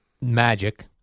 Magic